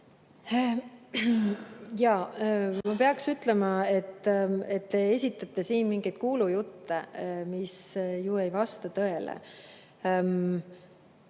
Ma peaks ütlema, et te esitate siin mingeid kuulujutte, mis ju ei vasta tõele.